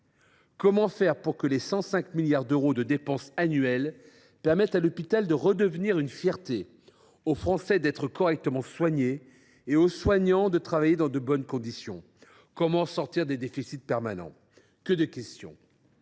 Comment faire pour que les 105 milliards d’euros de dépenses annuelles permettent à l’hôpital de redevenir une fierté, aux Français d’être correctement soignés et aux soignants de travailler dans de bonnes conditions ? Comment sortir des déficits permanents ? Lors de ses